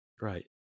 Right